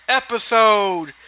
episode